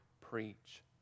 preach